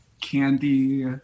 Candy